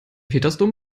petersdom